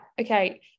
okay